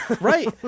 Right